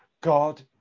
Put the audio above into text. God